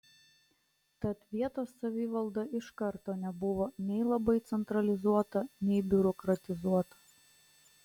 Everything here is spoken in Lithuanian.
tad vietos savivalda iš karto nebuvo nei labai centralizuota nei biurokratizuota